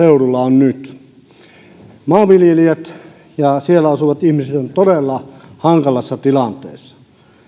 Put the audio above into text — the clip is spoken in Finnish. maaseudulla on nyt maanviljelijät ja siellä asuvat ihmiset ovat todella hankalassa tilanteessa